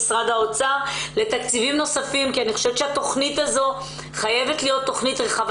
העבירו תקציבים שמאפשרים רצף